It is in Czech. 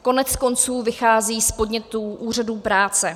Koneckonců vychází z podnětů úřadů práce.